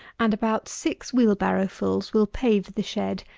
and about six wheel-barrow-fulls will pave the shed,